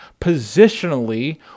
positionally